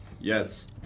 Yes